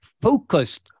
focused